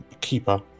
keeper